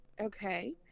Okay